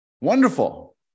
Wonderful